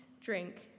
drink